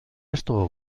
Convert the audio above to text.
esto